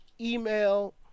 email